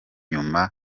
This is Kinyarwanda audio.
nyuma